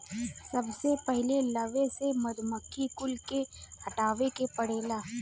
सबसे पहिले लवे से मधुमक्खी कुल के हटावे के पड़ेला